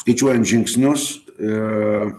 skaičiuojant žingsnius į